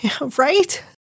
right